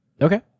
Okay